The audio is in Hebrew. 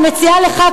אני מציעה לך,